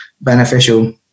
beneficial